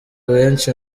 benshi